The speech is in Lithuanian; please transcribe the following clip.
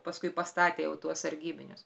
paskui pastatė jau tuos sargybinius